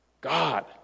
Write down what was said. God